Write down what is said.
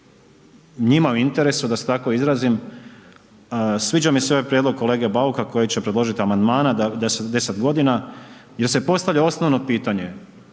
njima u interesu, da se tako izrazim, sviđa mi se ovaj prijedlog kolege Bauka, koji će predložiti amandmane da se 10 godina jer se postavlja osnovno pitanje.